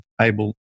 able